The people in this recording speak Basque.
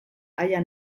aian